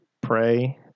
pray